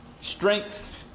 Strength